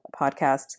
podcasts